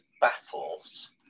battles